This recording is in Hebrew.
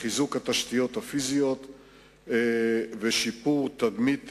לחיזוק התשתיות הפיזיות ולשיפור תדמית הערים,